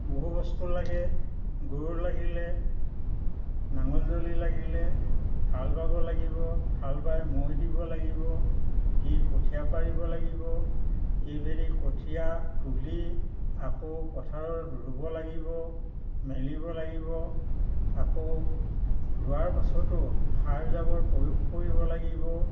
বহু বস্তু লাগে গৰু লাগিলে নাঙল যুঁৱলি লাগিলে হাল বাব লাগিব হাল বাই মৈ দিব লাগিব দি কঠিয়া পাৰিব লাগিব এই মেলি কঠিয়া তুলি আকৌ পথাৰত ৰুব লাগিব মেলিব লাগিব আকৌ ৰোৱাৰ পাছতো সাৰ জাৱৰ প্ৰয়োগ কৰিব লাগিব